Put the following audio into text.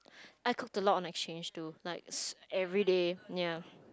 I cooked a lot on exchange too like everyday ya